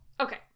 Okay